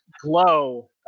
glow